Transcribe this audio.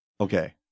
Okay